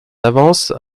d’avance